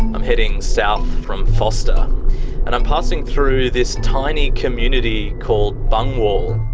i'm heading south from forster and i'm passing through this tiny community called bungwahl.